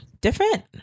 Different